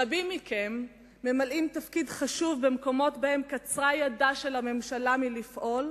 רבים מכם ממלאים תפקיד חשוב במקומות שבהם קצרה ידה של הממשלה מלפעול,